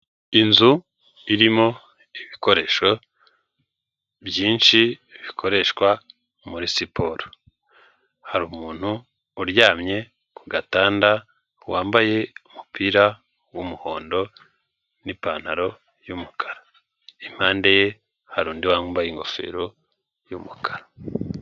Inzu irimo ibikoresho byinshi bikoreshwa muri siporo, hari umuntu uryamye ku gatanda, wambaye umupira w'umuhondo n'ipantaro y'umukara, impande ye hari undi wambaye ingofero y'umukara.